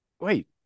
wait